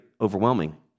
overwhelming